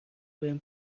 بهم